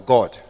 God